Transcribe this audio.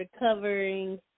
recovering